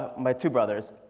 my two brothers,